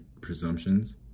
presumptions